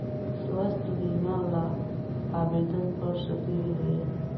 स्वास्थ्य बीमा ला आवेदन कर सकली हे?